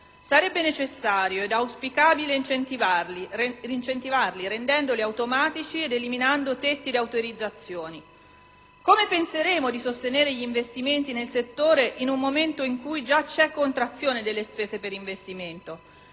sarebbe necessario e auspicabile incentivarli, rendendoli automatici ed eliminando tetti ed autorizzazioni. Come penseremo di sostenere gli investimenti nel settore in un momento in cui già c'è contrazione delle spese per investimento?